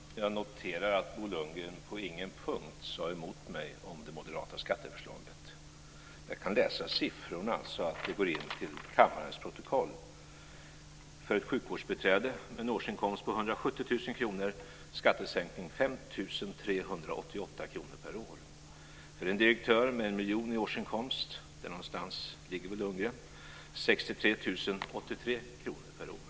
Fru talman! Jag noterar att Bo Lundgren inte på någon punkt sade emot mig om det moderata skatteförslaget. Jag kan läsa upp siffrorna, så att det går in till kammarens protokoll: 170 000 kr blir det en skattesänkning på 5 388 kr per år. För en direktör med 1 miljon i årsinkomst - där någonstans ligger väl Lundgren - blir skattesänkningen 63 083 kr per år.